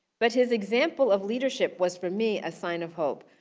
but his example of leadership was for me, a sign of hope.